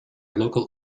local